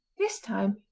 this time,